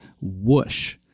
Whoosh